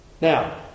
Now